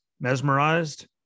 mesmerized